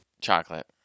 Chocolate